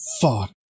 fuck